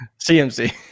CMC